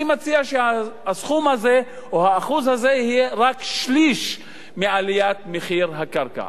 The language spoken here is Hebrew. אני מציע שהסכום הזה או האחוז הזה יהיה רק שליש מעליית מחיר הקרקע.